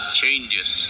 changes